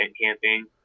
camping